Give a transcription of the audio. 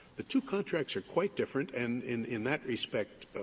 the two contracts are quite different. and in in that respect,